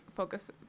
focus